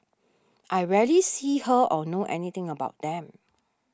I rarely see her or know anything about them